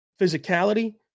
physicality